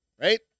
Right